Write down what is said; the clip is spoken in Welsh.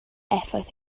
effaith